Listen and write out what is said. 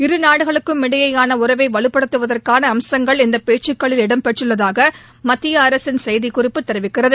இரு நாடுகளுக்கும் இடையேயான உறவை வலுப்படுத்துவதற்கான அம்சங்கள் இந்த பேச்சுக்களில் இடம்பெற்றுள்ளதாக மத்திய அரசின் செய்திக்குறிப்பு தெரிவிக்கிறது